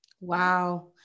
Wow